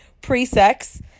pre-sex